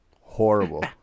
Horrible